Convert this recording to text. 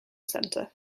center